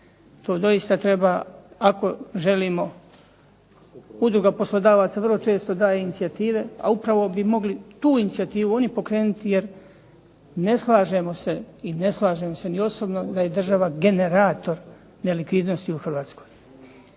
to doista treba ako želimo, Udruga poslodavaca vrlo često daje inicijative, a upravo bi mogli tu oni inicijativu pokrenuti jer ne slažemo se i ne slažem se osobno da je država generator nelikvidnosti u Hrvatskoj.